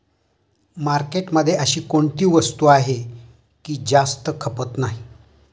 मार्केटमध्ये अशी कोणती वस्तू आहे की जास्त खपत नाही?